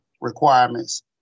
requirements